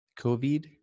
COVID